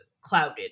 clouded